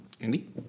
Andy